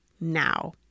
now